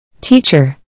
Teacher